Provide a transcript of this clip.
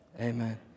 Amen